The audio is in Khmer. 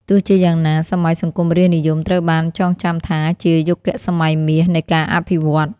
ទោះជាយ៉ាងណា សម័យសង្គមរាស្រ្តនិយមត្រូវបានចងចាំថាជា "យុគសម័យមាស" នៃការអភិវឌ្ឍ។